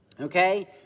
okay